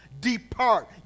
Depart